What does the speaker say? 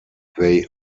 they